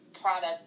product